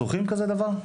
זוכרים כזה דבר?